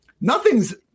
nothing's